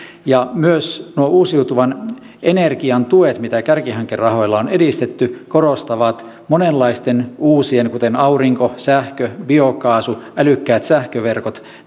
ja myös nuo uusiutuvan energian tuet mitä kärkihankerahoilla on edistetty korostavat monenlaisten uusien asioitten kuten aurinkosähkö biokaasu älykkäät sähköverkot